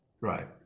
right